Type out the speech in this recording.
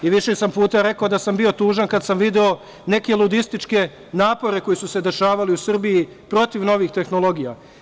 Više sam puta rekao da sam bio tužan kad sam video neke ludističke napore koji su se dešavali u Srbiji protiv novih tehnologija.